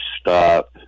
stop